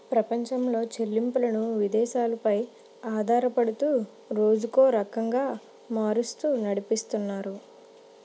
ప్రపంచంలో చెల్లింపులను విదేశాలు పై ఆధారపడుతూ రోజుకో రకంగా మారుస్తూ నడిపితున్నారు